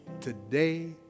today